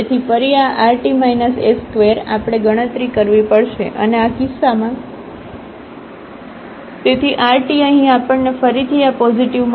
તેથી ફરી આ rt s2 આપણે ગણતરી કરવી પડશે અને આ કિસ્સામાં તેથી rt અહીં આપણને ફરીથી આ પોઝિટિવ મળે છે